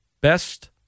Best